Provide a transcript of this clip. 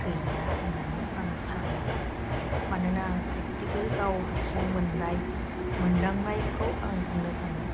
गैया होननानै आं सानो मानोना आं प्रेक्टिकेल गाव हारसिं मोननाय मोन्दांनायखौ आं बुंनो सानो